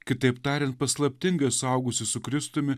kitaip tariant paslaptinga suaugusi su kristumi